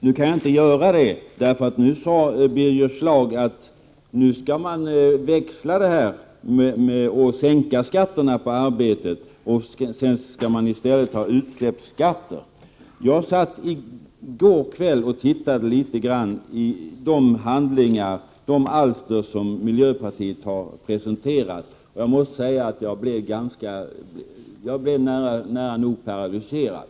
Nu kan jag inte berömma miljöpartiet för detta, eftersom Birger Schlaug sade att man skulle byta ut skatter på arbete, som skulle sänkas, mot utsläppsskatter. I går kväll satt jag och tittade igenom de handlingar och alster som miljöpartiet har presenterat. Jag måste säga att jag blev nära nog paralyserad.